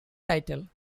title